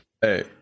Hey